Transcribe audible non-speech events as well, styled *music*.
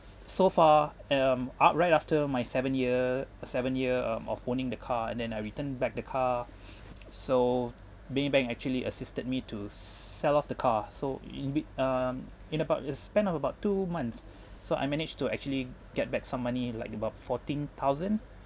so far a um outright after my seven year seven year um of owning the car and then I return back the car *breath* so Maybank actually assisted me to sell off the car so in bit um in about a span of about two months so I managed to actually get back some money like about fourteen thousand